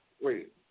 Wait